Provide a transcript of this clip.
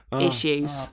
issues